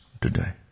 today